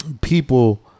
people